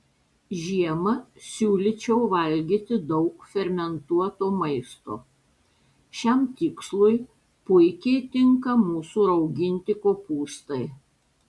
žiemą siūlyčiau valgyti daug fermentuoto maisto šiam tikslui puikiai tinka mūsų rauginti kopūstai